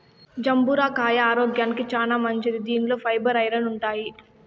జంబూర కాయ ఆరోగ్యానికి చానా మంచిది దీనిలో ఫైబర్, ఐరన్ ఉంటాయి